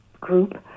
group